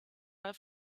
our